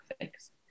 fix